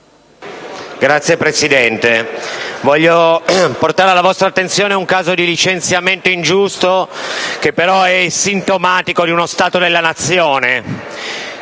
Signor Presidente, voglio portare alla vostra attenzione un caso di licenziamento ingiusto, che però è sintomatico di uno stato della Nazione.